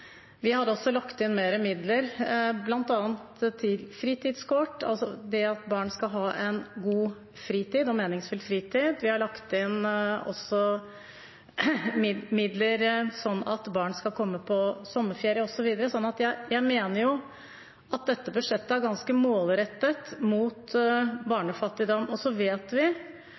Vi har også lagt inn mer midler til bl.a. fritidskort, slik at barn skal ha en god og meningsfylt fritid. Vi har lagt inn midler, slik at barn skal få komme på sommerferie, osv. Så jeg mener at dette budsjettet er ganske målrettet mot barnefattigdom. Vi vet